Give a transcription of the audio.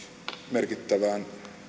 merkittävään